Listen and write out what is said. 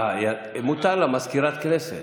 מותר לה, היא מזכירת הכנסת.